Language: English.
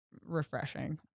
refreshing